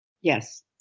Yes